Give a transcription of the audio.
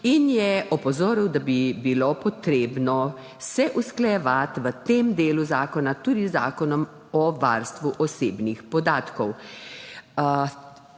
in je opozoril, da bi se bilo potrebno usklajevati v tem delu zakona tudi z Zakonom o varstvu osebnih podatkov.